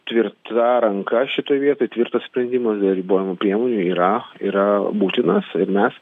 tvirta ranka šitoj vietoj tvirtas sprendimas ribojamų priemonių yra yra būtinas ir mes